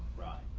right,